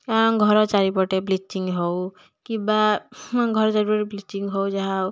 ଅଁ ଘର ଚାରିପଟେ ବ୍ଲିଚିଙ୍ଗ ହେଉ କିମ୍ବା ଘର ଚାରିପଟେ ବ୍ଲିଚିଙ୍ଗ ହେଉ ଯାହା ହେଉ